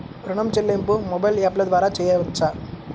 ఋణం చెల్లింపు మొబైల్ యాప్ల ద్వార చేయవచ్చా?